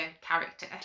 character